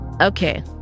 Okay